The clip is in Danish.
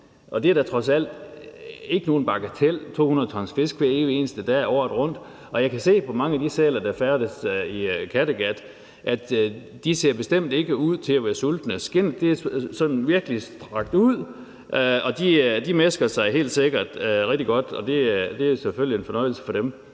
Det er da trods alt ikke nogen bagatel – 200 t fisk hver evig eneste dag året rundt. Jeg kan se på mange af de sæler, der færdes i Kattegat, at de bestemt ikke ser ud til at være sultne. Skindet er sådan virkelig strakt ud, og de mæsker sig helt sikkert rigtig godt, og det er selvfølgelig en fornøjelse for dem.